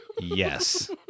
Yes